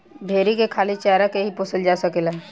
भेरी के खाली चारा के ही पोसल जा सकेला